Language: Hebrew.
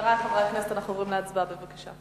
חברי חברי הכנסת, אנחנו עוברים להצבעה, בבקשה.